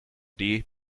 bis